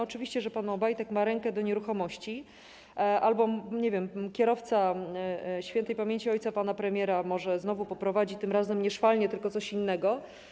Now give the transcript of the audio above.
Oczywiście, że pan Obajtek ma rękę do nieruchomości albo, nie wiem, kierowca śp. ojca pana premiera może znowu poprowadzi tym razem nie szwalnię, tylko coś innego.